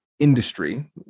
industry